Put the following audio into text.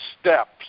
steps